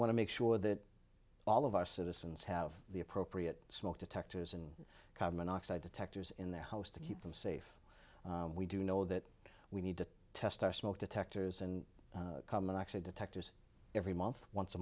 want to make sure that all of our citizens have the appropriate smoke detectors in car monoxide detectors in their house to keep them safe we do know that we need to test our smoke detectors and come in actually detectors every month once a